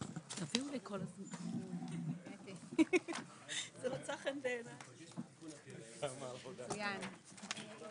12:13.